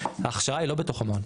ההכשרה היא לא בתוך המעון,